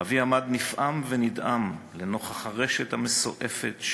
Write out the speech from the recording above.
אבי עמד נפעם ונדהם לנוכח הרשת המסועפת,